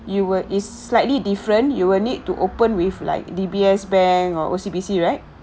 you will is slightly different you will need to open with like D_B_S bank or O_C_B_C right